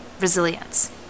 resilience